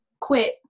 quit